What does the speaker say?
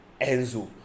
Enzo